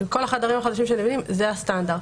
בכל החדרים החדשים שנבנים זה הסטנדרט.